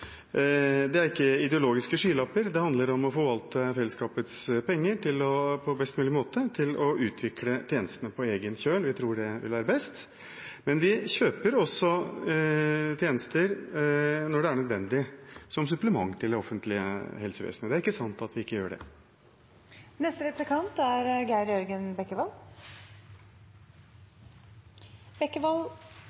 Det er ikke ideologiske skylapper, det handler om å forvalte fellesskapets penger på best mulig måte for å utvikle tjenestene på egen kjøl. Vi tror det vil være best. Men vi er for å kjøpe tjenester når det er nødvendig, som supplement til det offentlige helsevesenet. Det er ikke sant at vi ikke gjør det.